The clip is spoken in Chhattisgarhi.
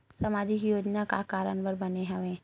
सामाजिक योजना का कारण बर बने हवे?